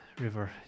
river